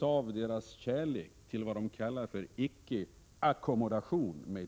av deras kärlek till vad de med ett fint ord kallar icke-ackommodation.